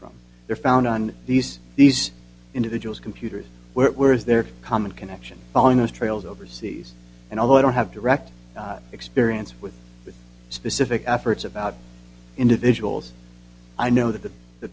from there found on these these individuals computers where is their common connection following those trails overseas and although i don't have direct experience with specific efforts about individuals i know that the